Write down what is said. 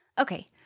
Okay